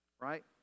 right